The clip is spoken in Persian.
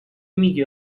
میگی